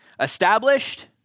established